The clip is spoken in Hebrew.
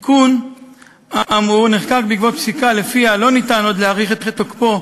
התיקון האמור נחקק בעקבות פסיקה שלפיה לא ניתן עוד להאריך את תוקפו